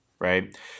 Right